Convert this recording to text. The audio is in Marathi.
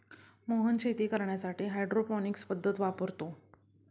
मोहन शेती करण्यासाठी हायड्रोपोनिक्स पद्धत वापरतो